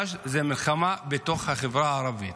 זאת מלחמה בתוך החברה הערבית.